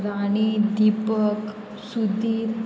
Rani Dipak Sudhir